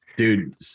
Dude